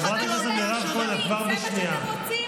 ראש הממשלה מ-2008 משמיד את החמאס.